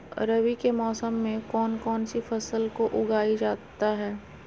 रवि के मौसम में कौन कौन सी फसल को उगाई जाता है?